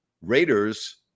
Raiders